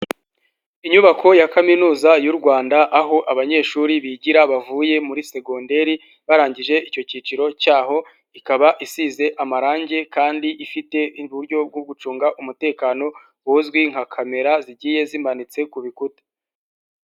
Inyubako ya Kaminuza y'u Rwanda, aho abanyeshuri bigira bavuye muri segonderi barangije icyo kiciro cyaho, ikaba isize amarangi kandi ifite uburyo bwo gucunga umutekano buzwi nka kamera zigiye zimanitse ku bikuta.